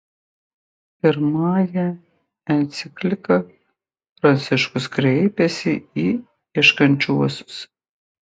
pirmąja enciklika pranciškus kreipiasi į ieškančiuosius